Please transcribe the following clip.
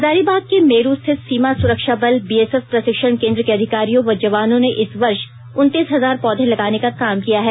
हजारीबाग के मेरु स्थित सीमा सुरक्षा बल बीएसएफ प्रशिक्षण केंद्र के अधिकारियों व जवानों ने इस वर्ष उनतीस हजार पौर्ध लगाने का काम किया है